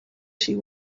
she